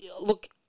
look